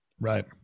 Right